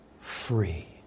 free